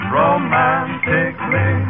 romantically